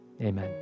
Amen